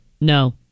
no